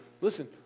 listen